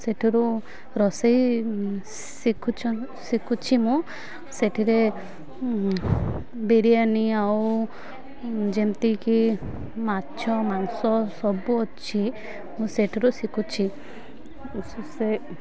ସେଠରୁ ରୋଷେଇ ଶିଖୁଛି ମୁଁ ସେଥିରେ ବିରିୟାନୀ ଆଉ ଯେମିତିକି ମାଛ ମାଂସ ସବୁ ଅଛି ମୁଁ ସେଠରୁ ଶିଖୁଛି ସେ